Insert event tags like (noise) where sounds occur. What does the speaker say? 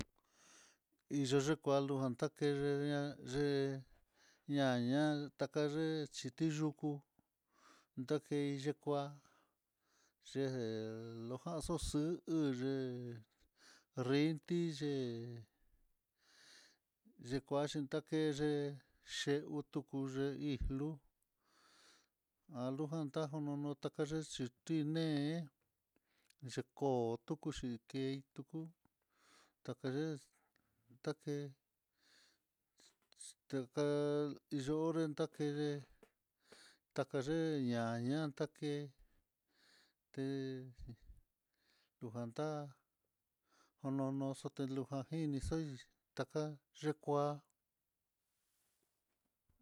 Iyuyu kualujan takeyeyenia yé ña ña taka ye'é chí ti'kuyu ndake yekua ye'e lojan xuxu hú ye'é linti ye'é, yikuanxhi takeye c (hesitation) tuku ye'í, lu alujan tajon nonuta kayexhiti né'e, yeko tukuxhi kei tuku takaex take teka yo'o yenta ké, takaye ña'a, ñañantake te lujan tá jonono xote luja nguini xaí taka yekua'a.